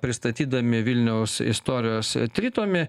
pristatydami vilniaus istorijos tritomį